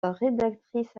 rédactrice